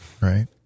right